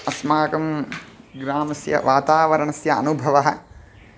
अस्माकं ग्रामस्य वातावरणस्य अनुभवः